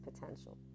potential